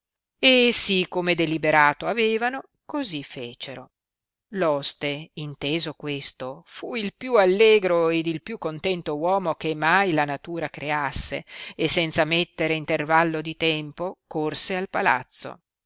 e sì come deliberato avevano così fecero l oste inteso questo fu il più allegro ed il più contento uomo che mai la natura creasse e senza mettere intervallo di tempo corse al palazzo